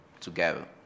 together